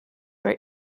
were